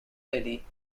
lady